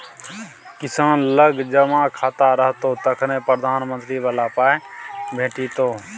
किसान लग जमा खाता रहतौ तखने प्रधानमंत्री बला पाय भेटितो